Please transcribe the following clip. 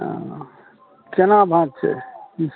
हँ केना भाव छै की